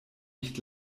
nicht